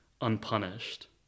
unpunished